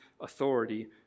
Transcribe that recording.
authority